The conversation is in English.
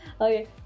Okay